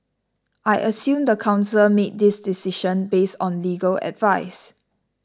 I assume the council made this decision based on legal advice